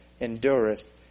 endureth